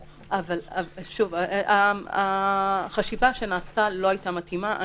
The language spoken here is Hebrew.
שוב, החשיבה שנעשתה לא הייתה מתאימה.